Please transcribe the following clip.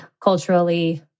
culturally